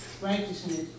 righteousness